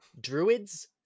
druids